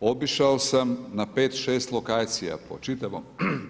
Obišao sam na 5, 6 lokacija po čitavom